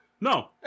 No